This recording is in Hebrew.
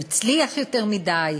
הוא הצליח יותר מדי?